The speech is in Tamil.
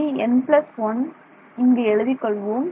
En1 இதை இங்கு எழுதிக் கொள்வோம்